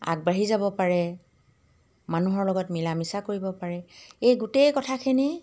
আগবাঢ়ি যাব পাৰে মানুহৰ লগত মিলা মিছা কৰিব পাৰে এই গোটেই কথাখিনি